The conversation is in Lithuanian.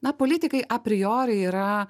na politikai apriori yra